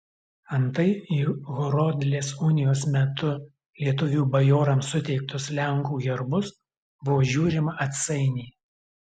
antai į horodlės unijos metu lietuvių bajorams suteiktus lenkų herbus buvo žiūrima atsainiai